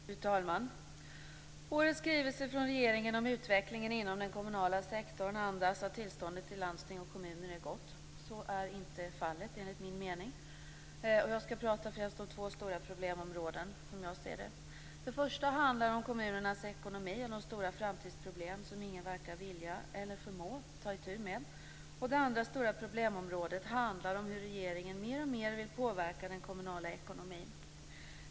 Fru talman! Årets skrivelse från regeringen om utvecklingen inom den kommunala sektorn andas att tillståndet i landsting och kommuner är gott. Så är inte fallet enligt min mening. Här finns två stora problemområden. Det första handlar om kommunernas ekonomi och de stora framtidsproblem som ingen verkar vilja eller förmå ta itu med. Det andra stora problemområdet handlar om hur regeringen mer och mer vill påverka den kommunala ekonomin.